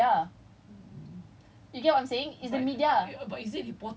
ya exactly which is what I'm saying they don't they don't report it in the media